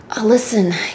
listen